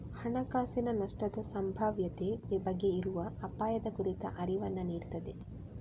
ಹಣಕಾಸಿನ ನಷ್ಟದ ಸಂಭಾವ್ಯತೆ ಬಗ್ಗೆ ಇರುವ ಅಪಾಯದ ಕುರಿತ ಅರಿವನ್ನ ನೀಡ್ತದೆ